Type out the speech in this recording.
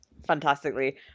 fantastically